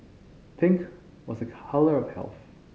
pink was a colour of health